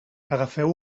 agafeu